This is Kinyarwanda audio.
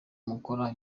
mukora